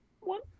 one